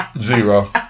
zero